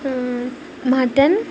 mutton